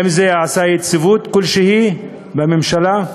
האם זה עשה יציבות כלשהי בממשלה?